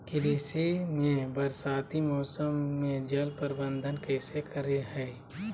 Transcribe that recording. कृषि में बरसाती मौसम में जल प्रबंधन कैसे करे हैय?